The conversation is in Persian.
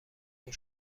این